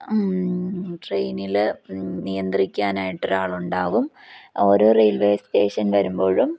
ട്രെയിനിൽ നിയന്ത്രിക്കാനായിട്ട് ഒരാളുണ്ടാകും ഓരോ റെയിൽവേ സ്റ്റേഷൻ വരുമ്പോഴും